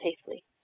safely